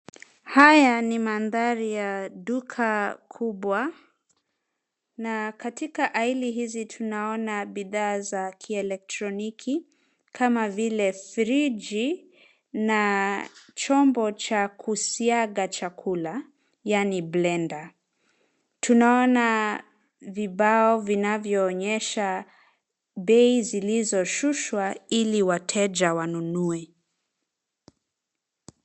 Haya ni mandhari ya duka kubwa na katika aili hizi tunaona bidhaa za kielektroniki kama vile friji na chombo cha kusiaga chakula yaani blender . Tunaona vibao vinavyoonyesha bei zilizoshushwa ili wateja wanunue.